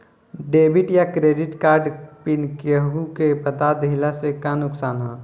Debit या credit card pin केहूके बता दिहला से का नुकसान ह?